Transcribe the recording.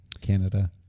Canada